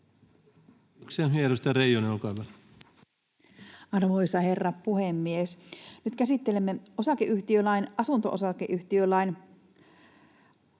— Edustaja Reijonen, olkaa hyvä. Arvoisa herra puhemies! Nyt käsittelemme osakeyhtiölain, asunto-osakeyhtiölain,